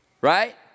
Right